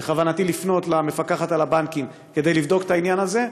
ובכוונתי לפנות אל המפקחת על הבנקים כדי לבדוק את העניין הזה.